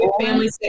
family